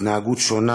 התנהגות שונה